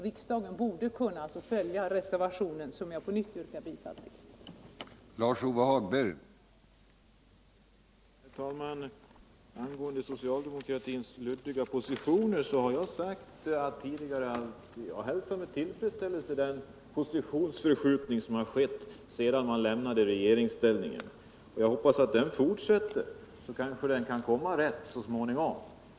Riksdagen borde därmed kunna följa reservationen, som jag på nytt yrkar bifall till.